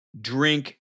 drink